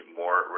more